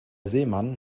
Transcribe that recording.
seemann